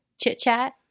chit-chat